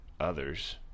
others